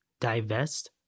divest